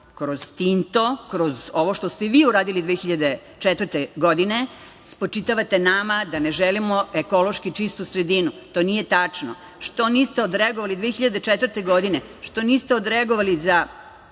Kroz Tinto, kroz ovo što ste vi uradili 2004. godine spočitavate nama da ne želimo ekološki čistu sredinu. To nije tačno. Što niste odreagovali 2004. godine? Što niste odreagovali za